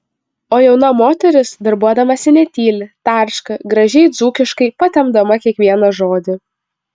o jauna moteris darbuodamasi netyli tarška gražiai dzūkiškai patempdama kiekvieną žodį